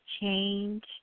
change